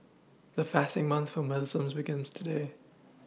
the fasting month for Muslims begins today